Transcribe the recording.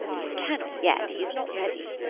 he cannot yet, he is not ready.